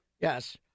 Yes